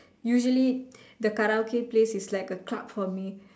usually the Karaoke place is like a club for me